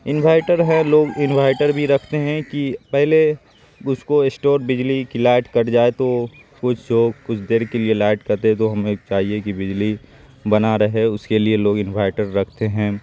inverter ہے لوگ انوہیٹر بھی رکھتے کہ پہلے اس کو اسٹور بجلی کی لائٹ کٹ جائے تو کچھ ہو کچھ دیر کے لیے لائٹ کٹے تو ہمیں چاہیے بجلی بنا رہے اس کے لیے لوگ انوہیٹر رکھتے ہیں